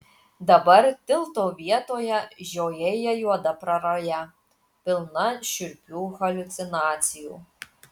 dabar tilto vietoje žiojėja juoda praraja pilna šiurpių haliucinacijų